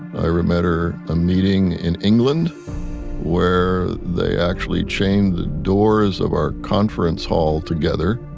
i remember a meeting in england where they actually chained the doors of our conference hall together,